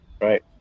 right